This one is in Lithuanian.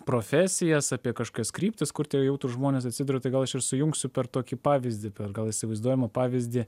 profesijas apie kažkokias kryptis kur tie jautrūs žmonės atsiduria tai gal aš ir sujungsiu per tokį pavyzdį per gal įsivaizduojamą pavyzdį